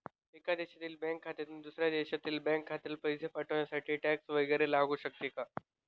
एका देशातील बँक खात्यातून दुसऱ्या देशातील बँक खात्यात पैसे पाठवण्यासाठी टॅक्स वैगरे लागू शकतो का?